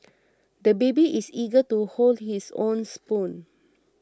the baby is eager to hold his own spoon